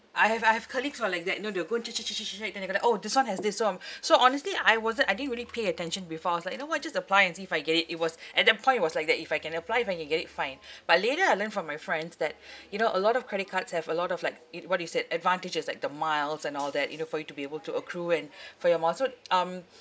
I have I have colleagues who are like that you know they'll go and check check check check check check and then they got to orh this [one] has this [one] so honestly I wasn't I didn't really pay attention before I was like you know what just apply and see if I get it it was at that point it was like that if I can apply if I can get it fine but later I learned from my friends that you know a lot of credit cards have a lot of like it what you said advantages like the miles and all that you know for you to be able to accrue and for your mile so um